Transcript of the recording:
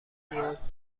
نیاز